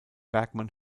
bergmann